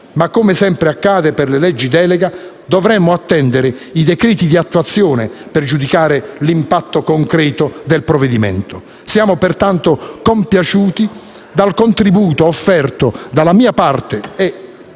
Ma - come sempre accade per le leggi delega - dovremo attendere i decreti di attuazione per giudicare l'impatto concreto del provvedimento. Siamo pertanto compiaciuti del contributo offerto dalla mia parte